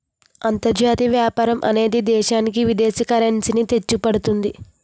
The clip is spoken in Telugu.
అంతర్జాతీయ వ్యాపారం అనేది దేశానికి విదేశీ కరెన్సీ ని తెచ్చిపెడుతుంది